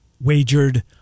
wagered